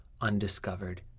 undiscovered